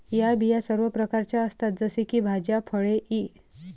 या बिया सर्व प्रकारच्या असतात जसे की भाज्या, फळे इ